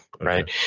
right